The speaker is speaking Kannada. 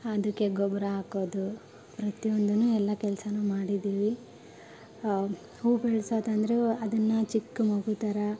ಅದಕ್ಕೆ ಗೊಬ್ಬರ ಹಾಕೋದು ಪ್ರತಿಯೊಂದನ್ನು ಎಲ್ಲ ಕೆಲ್ಸನೂ ಮಾಡಿದೀವಿ ಹೂವು ಬೆಳೆಸೋದಂದ್ರು ಅದನ್ನು ಚಿಕ್ಕ ಮಗು ಥರ